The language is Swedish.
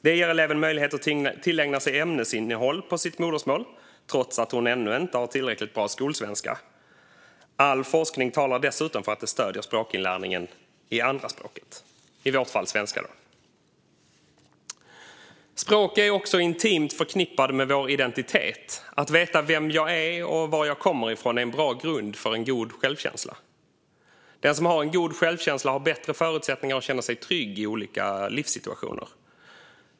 Det ger eleven möjlighet att tillägna sig ämnesinnehåll på sitt modersmål, trots att hon ännu inte har tillräckligt bra skolsvenska. All forskning talar dessutom för att det stöder språkinlärningen i andraspråket, i vårt fall svenska. Språk är också intimt förknippat med vår identitet. Att veta vem jag är och var jag kommer från är en bra grund för god självkänsla. Den som har god självkänsla har bättre förutsättningar att känna sig trygg i olika livssituationer.